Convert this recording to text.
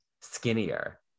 skinnier